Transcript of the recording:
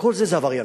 כל זה זה עבריינות.